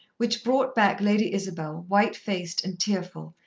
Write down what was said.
which brought back lady isabel, white-faced and tearful,